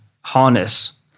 harness